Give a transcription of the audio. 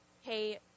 hey